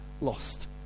lost